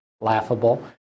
laughable